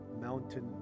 mountain